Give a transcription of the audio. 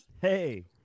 hey